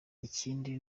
ikindi